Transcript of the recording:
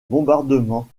bombardement